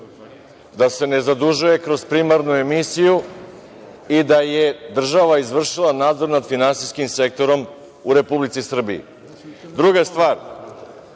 da se na zadužuje kroz primarnu emisiju i da je država izvršila nadzor nad finansijskim sektorom u Republici Srbiji. Druga stvar,